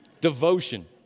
Devotion